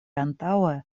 antaŭe